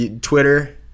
twitter